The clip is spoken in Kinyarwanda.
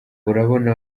urabona